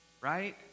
Right